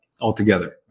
altogether